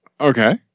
Okay